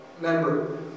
member